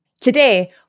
Today